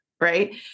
right